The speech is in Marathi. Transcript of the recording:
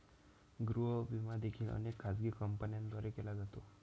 गृह विमा देखील अनेक खाजगी कंपन्यांद्वारे केला जातो